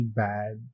bad